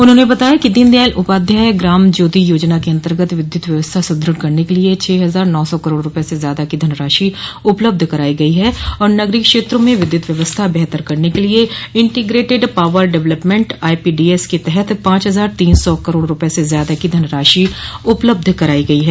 उन्हांने बताया कि दीन दयाल उपाध्याय ग्राम ज्योति योजना के अन्तर्गत विद्युत व्यवस्था सुदृढ़ करने के लिए छह हजार नौ सौ करोड़ रूपये यश्से ज्यादा की धनराशि उपलब्ध कराई गई है और नगरीय क्षेत्रों में विद्युत व्यवस्था बेहतर करने के लिए इंटीग्रेटेड पॉवर डेवलपमेंट आईपीडीएस के तहत पांच हजार तीन सौ करोड़ रूपये से ज्यादा की धनराशि उपलब्ध कराई गई है